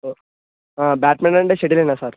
ఓ badminton అంటే షెటిలేనా sir